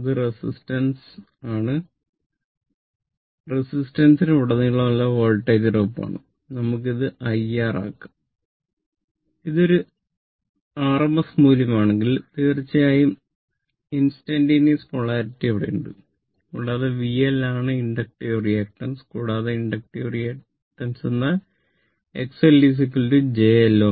ഇത് റെസിസ്റ്റൻസ് ണ് ഉടനീളമുള്ള വോൾട്ടേജ് ഡ്രോപ്പാണ് നമുക്ക് ഇത് IR ആയി ഉണ്ടാക്കാം ഇത് ഒരു ആർഎംഎസ് മൂല്യമാണെങ്കിൽ തീർച്ചയായും ഇൻസ്റ്റന്റന്റ്സ് പൊളാരിറ്റി എന്നാൽ XL j Lω